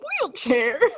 wheelchair